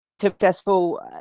successful